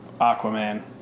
Aquaman